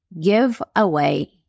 giveaway